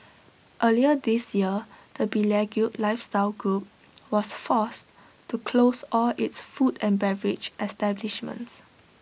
earlier this year the beleaguered lifestyle group was forced to close all its food and beverage establishments